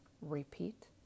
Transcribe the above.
Repeat